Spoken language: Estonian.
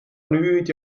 nüüd